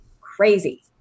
crazy